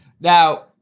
now